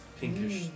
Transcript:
pinkish